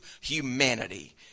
humanity